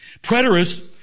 preterists